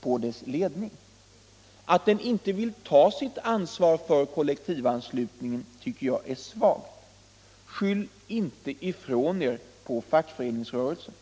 på dess ledning. Skyll inte ifrån er 4 juni 1976 på fackföreningsrörelsen!